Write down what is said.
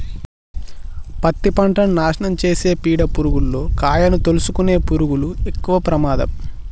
పత్తి పంటను నాశనం చేసే పీడ పురుగుల్లో కాయను తోలుసుకునే పురుగులు ఎక్కవ ప్రమాదం